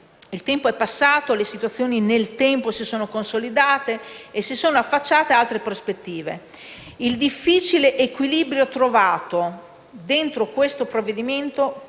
il tempo è passato, le situazioni nel tempo si sono consolidate e si sono affacciate altre prospettive. Il difficile equilibrio trovato dentro questo provvedimento